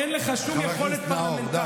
אין לך שום יכולת פרלמנטרית.